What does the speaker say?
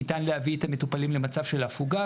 ניתן להביא את המטופלים למצב של הפוגה,